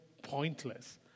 pointless